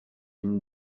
une